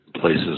places